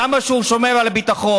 כמה שהוא שומר על הביטחון.